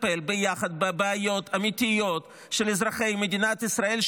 בואו נטפל ביחד בבעיות האמתיות של אזרחי מדינת ישראל,